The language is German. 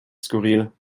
skurril